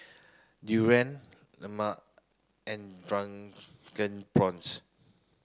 durian Lemang and drunken prawns